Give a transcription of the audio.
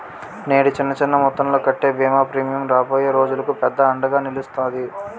నేడు చిన్న చిన్న మొత్తంలో కట్టే బీమా ప్రీమియం రాబోయే రోజులకు పెద్ద అండగా నిలుస్తాది